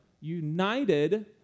united